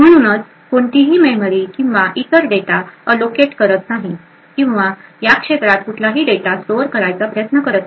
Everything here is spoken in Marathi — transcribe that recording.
म्हणूनच कोणतीही मेमरी किंवा इतर डेटा अल्लोकेट करत नाही किंवा या क्षेत्रात कुठलाही डेटा स्टोअर करण्याचा प्रयत्न करत नाही